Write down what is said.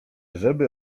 żeby